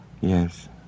Yes